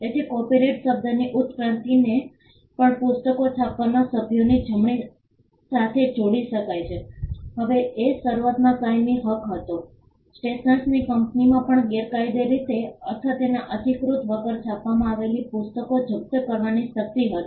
તેથી કોપિરાઇટ શબ્દની ઉત્ક્રાંતિને પણ પુસ્તકો છાપવાના સભ્યોની જમણી સાથે જોડી શકાય છે અને તે શરૂઆતમાં કાયમી હક હતો સ્ટેશનરની કંપનીમાં પણ ગેરકાયદેસર રીતે અથવા તેમના અધિકૃતતા વગર છાપવામાં આવેલી પુસ્તકો જપ્ત કરવાની શક્તિ હતી